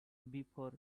before